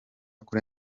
kuri